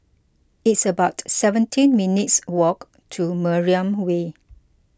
it's about seventeen minutes' walk to Mariam Way